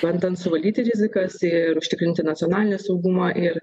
bandant suvaldyti rizikas ir užtikrinti nacionalinį saugumą ir